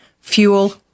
fuel